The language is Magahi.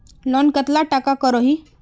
लोन कतला टाका करोही?